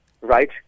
right